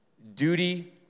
Duty